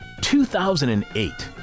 2008